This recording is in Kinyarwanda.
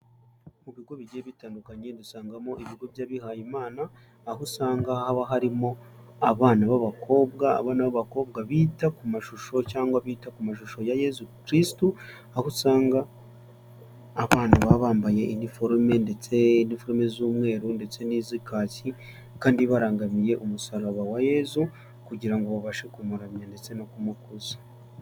Mu bigo bigiye bitandukanye dusangamo ibigo by'abihaye imana. Aho usanga haba harimo abana b'abakobwa, abana b'abakobwa bita ku mashusho cyangwa bita ku mashusho ya yezu kristu. Aho usanga abana baba bambaye iniforume ndetse iniforume z'umweru ndetse n'iza kaki kandi barangamiye umusaraba wa yezu kugira ngo babashe kumuramya ndetse no kumukuza.